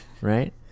Right